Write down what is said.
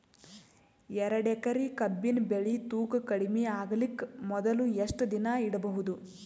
ಎರಡೇಕರಿ ಕಬ್ಬಿನ್ ಬೆಳಿ ತೂಕ ಕಡಿಮೆ ಆಗಲಿಕ ಮೊದಲು ಎಷ್ಟ ದಿನ ಇಡಬಹುದು?